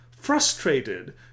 Frustrated